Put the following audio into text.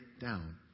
down